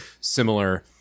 similar